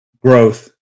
growth